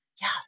Yes